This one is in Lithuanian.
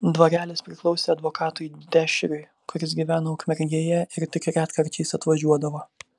dvarelis priklausė advokatui dešriui kuris gyveno ukmergėje ir tik retkarčiais atvažiuodavo